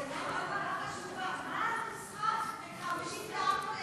חשובה: מה הנוסחה ל-54,800?